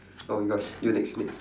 oh my gosh you next next